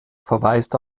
verweist